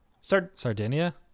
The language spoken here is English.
Sardinia